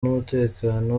n’umutekano